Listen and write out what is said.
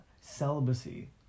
Celibacy